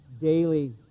daily